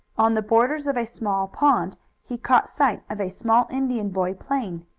on the borders of a small pond he caught sight of a small indian boy playing.